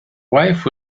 wife